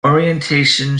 orientation